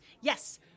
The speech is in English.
Yes